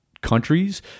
countries